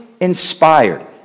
inspired